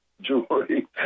jewelry